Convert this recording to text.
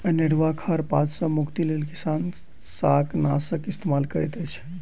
अनेरुआ खर पात सॅ मुक्तिक लेल किसान शाकनाशक इस्तेमाल करैत अछि